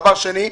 דבר שני,